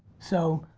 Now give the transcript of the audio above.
so,